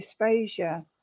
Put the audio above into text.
dysphagia